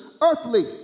earthly